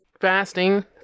Fasting